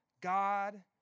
God